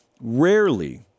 Rarely